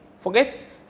Forget